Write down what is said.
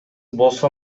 болсо